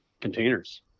containers